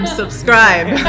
subscribe